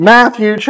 Matthew